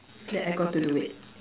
that I got to do it